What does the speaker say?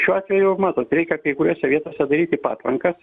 šiuo atveju matot reikia kai kuriose vietose daryti patvankas